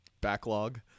backlog